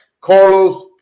Carlos